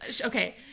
Okay